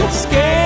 scared